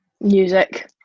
music